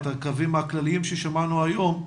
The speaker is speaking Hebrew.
הקווים הכלליים ששמענו היום,